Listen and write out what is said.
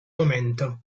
momento